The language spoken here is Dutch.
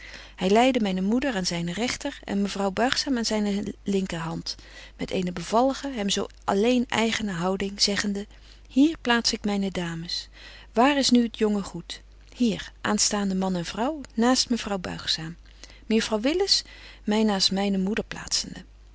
hy leidde myne moeder aan zyne regter en mevrouw buigzaam aan zyne slinkehand met eene bevallige hem zo alleen eigene houding zeggende hier plaats ik myne dames waar is nu t jonge goed hier aanstaande man en vrouw naast mevrouw buigzaam mejuffrouw willis my naast myne moeder